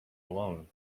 alone